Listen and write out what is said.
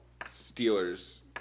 Steelers